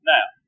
Now